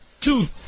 two